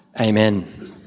Amen